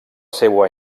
seua